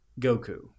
Goku